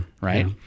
Right